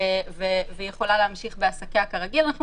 והיא יכולה להמשיך בעסקיה כרגיל אלא אנחנו